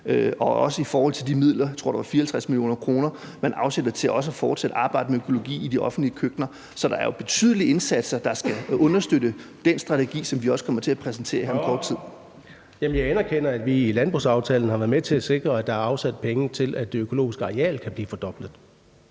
og også de midler – jeg tror, det er 54 mio. kr. – man afsætter til at fortsætte arbejdet med økologi i de offentlige køkkener. Så der er jo betydelige indsatser, der skal understøtte den strategi, som vi også kommer til at præsentere her om kort tid. Kl. 14:44 Tredje næstformand (Karsten Hønge): Spørgeren. Kl. 14:44 Søren Egge Rasmussen (EL): Jamen jeg anerkender, at vi i landbrugsaftalen har været med til at sikre, at der er afsat penge til, at det økologiske areal kan blive fordoblet.